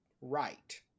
right